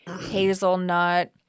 hazelnut